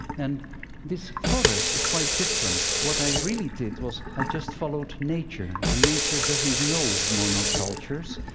and this forest is quite different. what i really did was i just followed nature, and nature doesn't know monocultures,